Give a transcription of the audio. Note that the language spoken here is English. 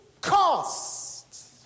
cost